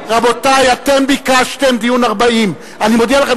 אני לא יכול יותר, אני מודיע לך.